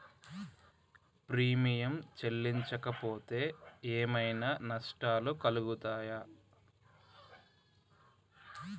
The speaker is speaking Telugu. ప్రీమియం చెల్లించకపోతే ఏమైనా నష్టాలు కలుగుతయా?